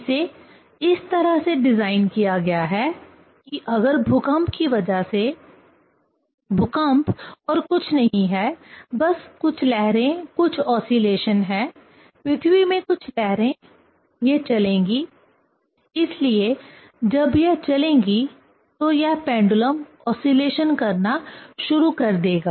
इसे इस तरह से डिज़ाइन किया गया है कि अगर भूकंप की वजह से भूकंप और कुछ नहीं है बस कुछ लहरें कुछ ओसीलेशन है पृथ्वी में कुछ लहरें यह चलेंगी इसलिए जब यह चलेंगी तो यह पेंडुलम ओसीलेशन करना शुरू कर देगा